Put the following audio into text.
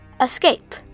escape